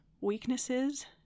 weaknesses